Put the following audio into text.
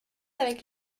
avec